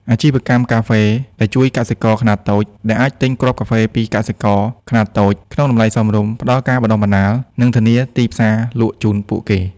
អាជីវកម្មកាហ្វេដែលជួយកសិករខ្នាតតូច ដែលអាចទិញគ្រាប់កាហ្វេពីកសិករខ្នាតតូចក្នុងតម្លៃសមរម្យ ផ្តល់ការបណ្តុះបណ្តាល និងធានាទីផ្សារលក់ជូនពួកគេ។